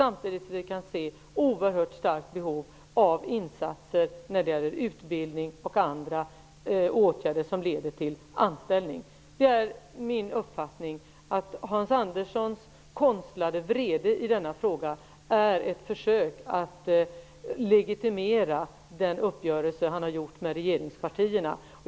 Vi kan också se ett oerhört starkt behov av insatser när det gäller utbildning och andra åtgärder som leder till anställning. Min uppfattning är att Hans Anderssons konstlade vrede i denna fråga är ett försök att legitimera den uppgörelse som han har träffat med regeringspartierna.